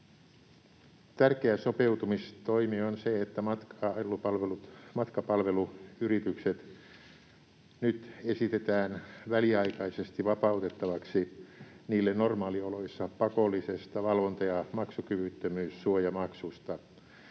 Tärkeä sopeutumistoimi on se, että nyt matkapalveluyritykset esitetään väliaikaisesti vapautettavaksi niille normaalioloissa pakollisesta valvonta- ja maksukyvyttömyyssuojamaksusta.